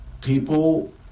people